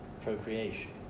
procreation